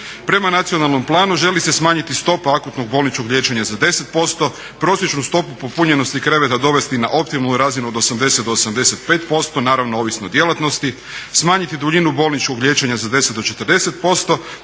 Prema nacionalnom planu želi se smanjiti stopa akutnog bolničkog liječenja za 10%, prosječnu stopu popunjenosti kreveta dovesti na optimalnu razinu od 80 do 85%, naravno ovisno o djelatnosti, smanjiti duljinu bolničkog liječenja za 10 do 40%